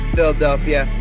Philadelphia